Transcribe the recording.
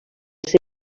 ser